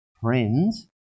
friends